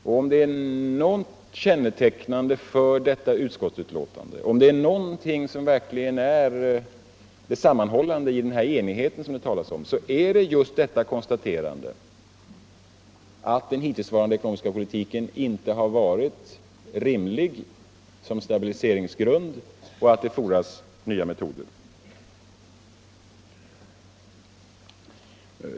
Om någonting verkligen är kännetecknande för detta utskottsbetänkande och det sammanhållande i den enighet som man här har talat om, så är det just detta konstaterande att den hittills förda ekonomiska politiken inte har varit rimlig som stabiliseringsgrund utan att det fordras nya metoder.